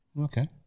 Okay